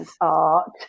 art